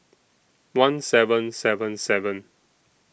one seven seven seven